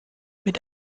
mit